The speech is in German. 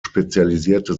spezialisierte